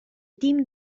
tim